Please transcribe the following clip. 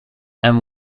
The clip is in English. and